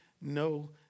no